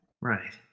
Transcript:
Right